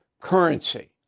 currency